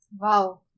Wow